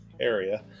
area